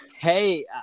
hey